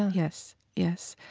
yes, yes.